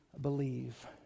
believe